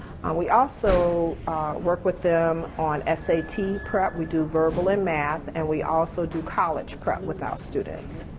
we also work with them on s a t. prep. we do verbal and math and we also do college prep with our students.